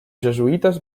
jesuïtes